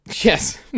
Yes